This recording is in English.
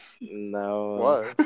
No